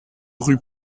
rue